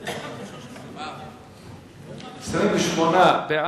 התשס"ט 2008, נתקבלה.